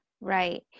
Right